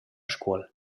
scuol